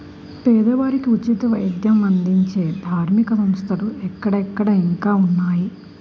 పేదవారికి ఉచిత వైద్యం అందించే ధార్మిక సంస్థలు అక్కడక్కడ ఇంకా ఉన్నాయి